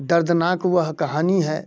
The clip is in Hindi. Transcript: दर्दनाक वह कहानी है